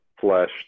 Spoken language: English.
flesh